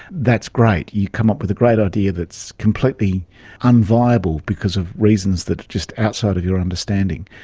that's great, you come up with a great idea that's completely unviable because of reasons that are just outside of your understanding.